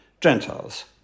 Gentiles